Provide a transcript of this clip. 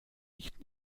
nicht